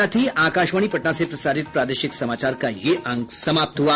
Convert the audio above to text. इसके साथ ही आकाशवाणी पटना से प्रसारित प्रादेशिक समाचार का ये अंक समाप्त हुआ